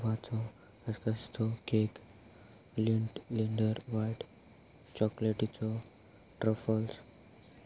तेव्हांचो ऍस्बॅस्तो cake Lindt Kinder white चॉकलेटीचो truffles